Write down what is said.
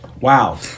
Wow